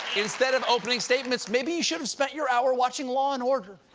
instead of opening statements, maybe you should have spent your hour watching law and order.